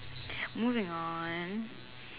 moving on